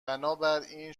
بنابراین